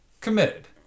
committed